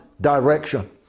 direction